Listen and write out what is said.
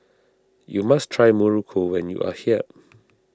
you must try Muruku when you are here